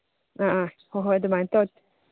ꯑ ꯑ ꯍꯣꯏ ꯍꯣꯏ ꯑꯗꯨꯃꯥꯏꯅ ꯇꯧꯔꯁꯤ